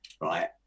right